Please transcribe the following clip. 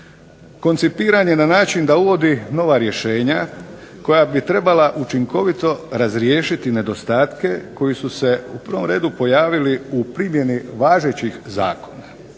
koncipiran je na način da uvodi nova rješenja koja bi trebala učinkovito razriješiti nedostatke koji su se u prvom redu javili u primjeni važećih zakona,